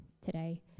today